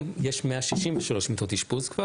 היום, יש כבר 163 מיטות אשפוז.